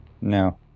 No